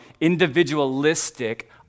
individualistic